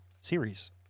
series